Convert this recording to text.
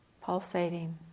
pulsating